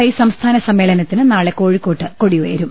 I സംസ്ഥാന സമ്മേളനത്തിന് നാളെ കോഴിക്കോട്ട് കൊടിയുയരും